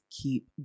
keep